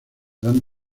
dan